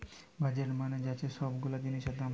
budget মানে যাতে সব গুলা জিনিসের দাম থাকে